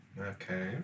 Okay